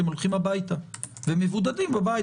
הם הולכים הביתה והם מבודדים בבית.